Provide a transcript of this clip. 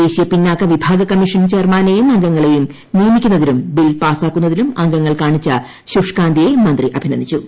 ദേശീയ പിന്നാക്ക വിഭാഗ കമ്മീഷൻ ചെയർമാനെയും അംഗങ്ങളെയും നിയമിക്കുന്നതിലും ബിൽ പാസ്സാക്കുന്നതിലും അംഗങ്ങൾ കാണിച്ച ശുഷ്ക്കാന്തിയെ മന്ത്രി അഭിനന്ദിച്ചു